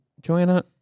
Joanna